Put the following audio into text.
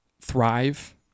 thrive